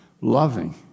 loving